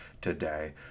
today